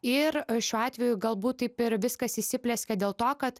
ir šiuo atveju galbūt taip ir viskas įsiplieskė dėl to kad